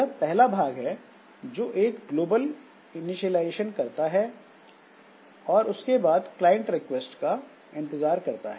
यह पहला भाग है जो एक ग्लोबल इनीशिएलाइजेशन करता है और उसके बाद क्लाइंट रिक्वेस्ट का इंतजार करता है